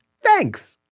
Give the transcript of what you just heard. Thanks